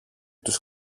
τους